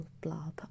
blob